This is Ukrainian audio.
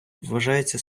вважається